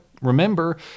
Remember